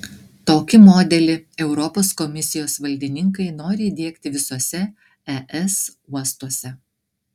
tokį modelį europos komisijos valdininkai nori įdiegti visuose es uostuose